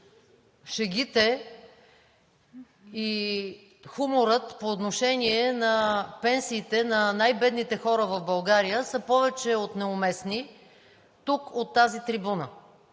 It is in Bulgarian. шегите и хуморът по отношение на пенсиите на най-бедните хора в България са повече от неуместни тук от тази трибуна.